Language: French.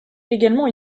également